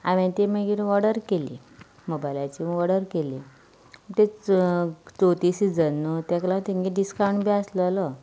हांवें ती मागीर ऑडर केली मोबायलाचेर ऑडर केली म्हणटकच चवथी सिजन न्हय ताका लागून तांचो डिसकावंट बी आशिल्लो